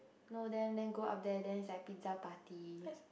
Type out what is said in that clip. know them then go up there then it's like pizza party